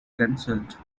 cancelled